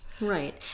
Right